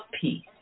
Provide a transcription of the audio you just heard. peace